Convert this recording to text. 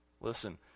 Listen